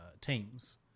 teams